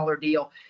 deal